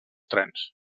trens